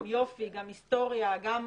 אני אסביר.